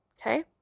Okay